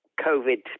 COVID